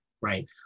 right